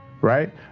right